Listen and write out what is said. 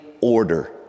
order